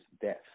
death